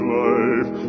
life